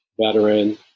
veteran